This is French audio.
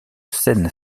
seine